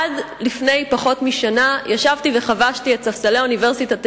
עד לפני פחות משנה ישבתי וחבשתי את ספסלי אוניברסיטת תל-אביב,